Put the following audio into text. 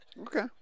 Okay